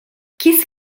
kiss